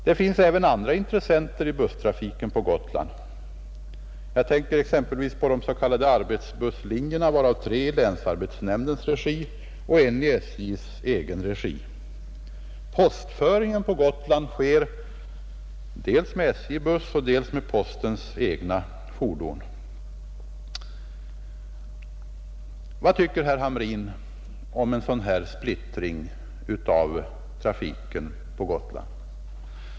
Det finns även andra intressenter i busstrafiken på Gotland — jag tänker exempelvis på de s.k. arbetsbusslinjerna, varav tre i länsarbetsnämndens regi och en i SJ:s egen regi. Postföringen på Gotland sker dels med SJ-buss och dels med postens egna fordon. Vad tycker herr Hamrin om en sådan här splittring av trafiken på Gotland?